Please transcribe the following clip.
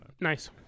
Nice